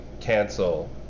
cancel